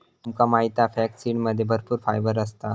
तुमका माहित हा फ्लॅक्ससीडमध्ये भरपूर फायबर असता